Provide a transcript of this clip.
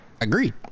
Agreed